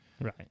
Right